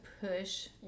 push